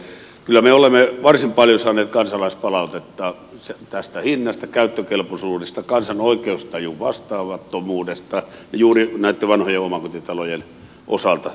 kyllä me olemme varsin paljon saaneet kansalaispalautetta tästä hinnasta käyttökelpoisuudesta kansan oikeustajua vastaamattomuudesta juuri näitten vanhojen omakotitalojen osalta